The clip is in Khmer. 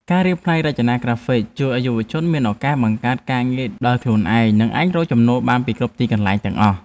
ការរៀនផ្នែករចនាក្រាហ្វិកជួយឱ្យយុវជនមានឱកាសបង្កើតការងារដោយខ្លួនឯង និងអាចរកចំណូលបានពីគ្រប់ទីកន្លែងទាំងអស់។